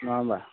नङा होमब्ला